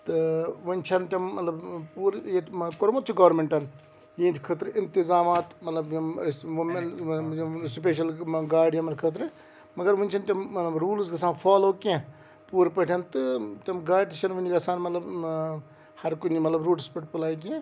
تہٕ وٕنۍ چھَنہٕ تِم مطلب پوٗرٕ ییٚتہِ ما کوٚرمُت چھُ گورمٮ۪نٛٹَن یِہِنٛدِ خٲطرٕ اِنتظامات مطلب یِم أسۍ وٗمٮ۪ن یِم سٕپیشَل یِمَن گاڑِ یِمَن خٲطرٕ مگر وٕنۍ چھَنہٕ تِم مطلب روٗلٕز گژھان فالو کینٛہہ پوٗرٕ پٲٹھۍ تہٕ تِم گاڑِ تہِ چھَنہٕ وٕنۍ گژھان مطلب ہرکُنہِ مطلب روٗٹَس پٮ۪ٹھ اٮ۪پلَے کینٛہہ